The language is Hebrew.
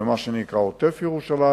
במה שנקרא עוטף-ירושלים.